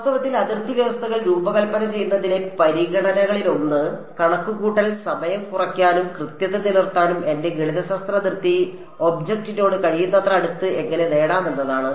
വാസ്തവത്തിൽ അതിർത്തി വ്യവസ്ഥകൾ രൂപകൽപ്പന ചെയ്യുന്നതിലെ പരിഗണനകളിലൊന്ന് കണക്കുകൂട്ടൽ സമയം കുറയ്ക്കാനും കൃത്യത നിലനിർത്താനും എന്റെ ഗണിതശാസ്ത്ര അതിർത്തി ഒബ്ജക്റ്റിനോട് കഴിയുന്നത്ര അടുത്ത് എങ്ങനെ നേടാം എന്നതാണ്